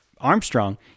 Armstrong